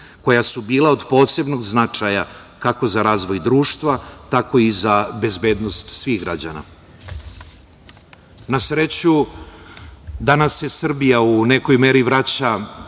koja su bila od posebnog značaja kako za razvoj društva, tako i za bezbednost svih građana. Na sreću, danas se Srbija u nekoj meri vraća